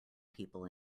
people